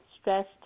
stressed